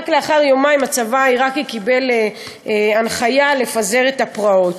רק לאחר יומיים הצבא העיראקי קיבל הנחיה לפזר את הפרעות.